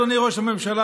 אדוני ראש הממשלה,